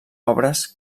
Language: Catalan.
obres